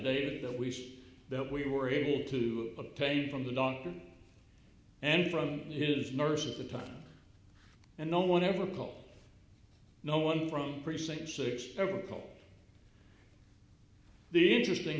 affidavit that we see that we were able to obtain from the doctor and from his nurse at the time and no one ever calls no one from precinct six call the interesting